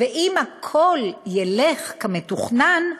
ואם הכול ילך כמתוכנן,